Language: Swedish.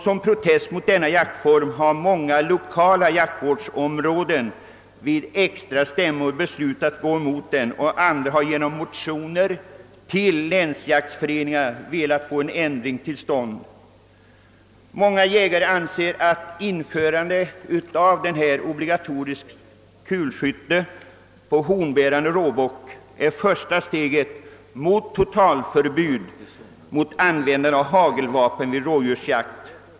Som protest mot denna jaktform har många lokala jaktvårdsområden vid extra stämmor beslutat gå emot den, och andra har genom motioner till länsjaktföreningar velat få en ändring till stånd. Många jägare anser att införandet av det obligatoriska kulskyttet på hornbärande råbock är det första steget mot totalförbud mot användande av hagelvapen vid rådjursjakt.